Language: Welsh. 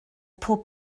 pob